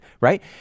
right